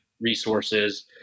resources